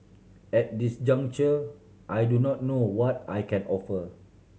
at this juncture I do not know what I can offer